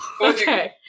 Okay